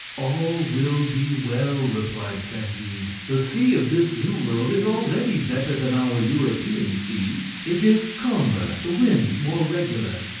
all will be well, replied candide the sea of this new world is already better than our european sea it is calmer, the winds more regular.